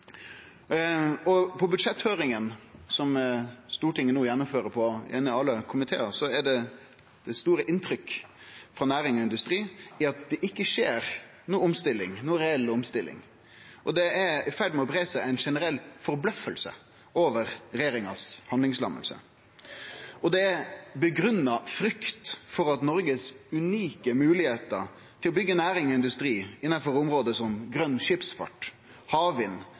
som Stortinget no gjennomfører i alle komiteane, er det store inntrykket frå næring og industri at det ikkje skjer noka reell omstilling. Det er i ferd med å breie seg ei generell forbløffing over handlingslamminga til regjeringa. Det er ein grunngitt frykt for at den unike moglegheita Noreg har til å byggje næring og industri innanfor område som grøn skipsfart, havvind,